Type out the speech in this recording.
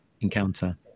encounter